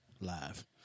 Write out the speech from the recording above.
live